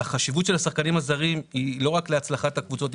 החשיבות של השחקנים הזרים היא לא רק להצלחת הקבוצות.